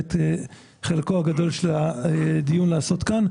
ואת חלקו הגדול של הדיון לעשות כאן.